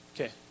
Okay